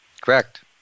Correct